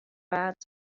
waard